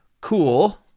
cool